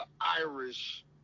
Irish